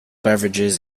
beverages